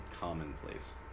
commonplace